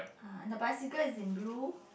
ah the bicycle is in blue